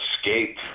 escape